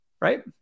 right